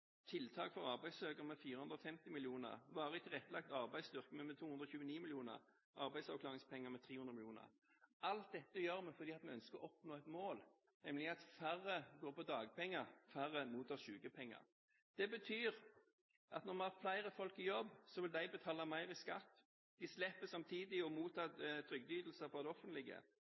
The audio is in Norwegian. tiltak for arbeidssøkere med 450 mill. kr. Varig tilrettelagt arbeid styrker vi med 229 mill. kr, arbeidsavklaringspenger med 300 mill. kr. Alt dette gjør vi fordi vi ønsker å oppnå et mål, nemlig at færre går på dagpenger, færre mottar sykepenger. Det betyr at når vi har flere folk i jobb, vil de betale mer i skatt. De slipper samtidig å motta trygdeytelser fra det offentlige.